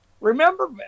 Remember